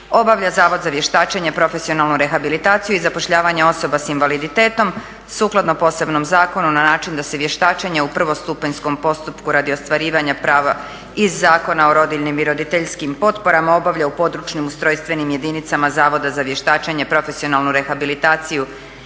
obavlja Zavod za vještačenje, profesionalnu rehabilitaciju i zapošljavanje osoba sa invaliditetom, sukladno posebnom zakonu na način da se vještačenje u prvostupanjskom postupku radi ostvarivanja prava iz Zakona o rodiljnim i roditeljskim potporama obavlja u područno ustrojstvenim jedinicama Zavoda za vještačenje, profesionalnu rehabilitaciju